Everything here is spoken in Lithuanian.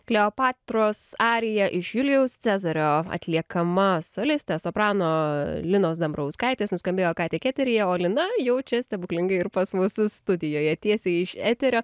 kleopatros arija iš julijaus cezario atliekama solistės soprano linos dambrauskaitės nuskambėjo ką tik eteryje o lina jau čia stebuklingai ir pas mus studijoje tiesiai iš eterio